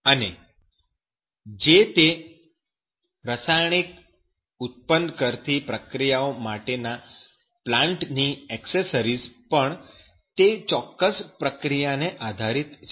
અને જે તે રસાયણ ઉત્પન્ન કરતી પ્રક્રિયાઓ માટેના પ્લાન્ટ ની એક્સેસરીઝ પણ તે ચોક્કસ પ્રક્રિયાને આધારીત છે